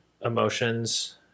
emotions